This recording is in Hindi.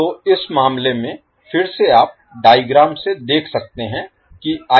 तो इस मामले में फिर से आप डायग्राम Diagram से देख सकते हैं कि